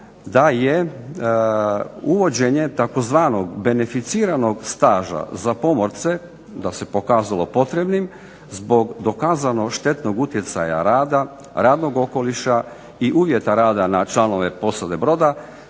da je uvođenje tzv. beneficiranog staža za pomorce, da se pokazalo potrebnim, zbog dokazano štetnog utjecaja rada, radnog okoliša i uvjeta rada na članove posade broda,